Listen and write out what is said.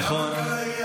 נכון.